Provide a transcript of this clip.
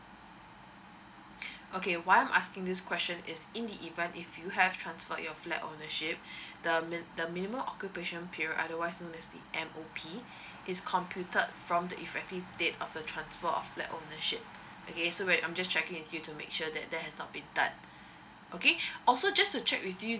okay wht I'm asking this question is in the event if you have transfered your flat ownership the min~ the minimum occupation period otherwise known as the M_O_P is computed from the effective date of the transfer of flat ownership okay so where I'm just checking into you to make sure that there has not been done okay also just to check with you